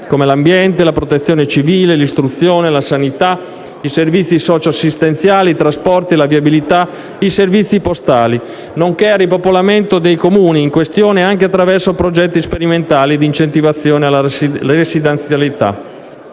quali ambiente, protezione civile, istruzione, sanità, servizi socio-assistenziali, trasporti, viabilità, servizi postali, nonché al ripopolamento dei Comuni in questione anche attraverso progetti sperimentali di incentivazione alla residenzialità.